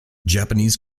japanese